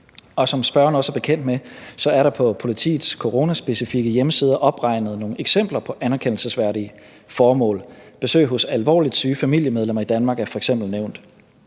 som spørgeren også er bekendt med, er der på politiets coronaspecifikke hjemmeside opregnet nogle eksempler på anerkendelsesværdige formål. Besøg hos alvorligt syge familiemedlemmer i Danmark er f.eks. nævnt.